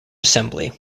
assembly